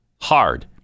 Hard